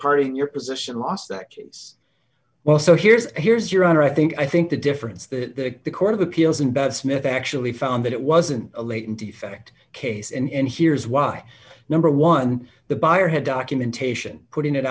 party in your position lost that case well so here's here's your honor i think i think the difference that the court of appeals and smith actually found that it wasn't a latent defect case and here's why number one the buyer had documentation putting it